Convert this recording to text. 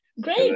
Great